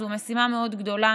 זו משימה מאוד גדולה,